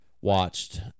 watched